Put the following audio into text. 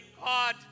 God